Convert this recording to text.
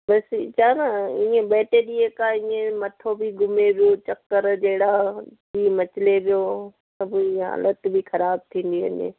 बसि ई छा न ईअं ॿ टे ॾींहं खां ईअं मथो बि घुमे पियो चक्कर जहिड़ा जी मचले पियो सभु ईअं हालतु बि ख़राबु थींदी वञे